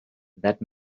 that